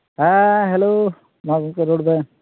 ᱦᱮᱸ ᱦᱮᱞᱳ ᱢᱟ ᱜᱚᱢᱠᱮ ᱨᱚᱲᱵᱮᱱ